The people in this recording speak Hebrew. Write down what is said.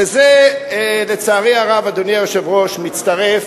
וזה, לצערי הרב, אדוני היושב-ראש, מצטרף,